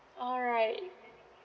alright